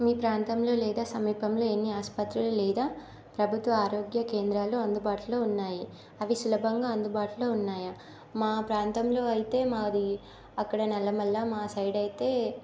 మీ ప్రాంతంలో లేదా సమీపంలో ఎన్ని ఆసుపత్రులు లేదా ప్రభుత్వ ఆరోగ్య కేంద్రాలు అందుబాటులో ఉన్నాయి అవి సులభంగా అందుబాటులో ఉన్నాయా మా ప్రాంతంలో అయితే మాది అక్కడ నల్లమల్ల మా సైడైతే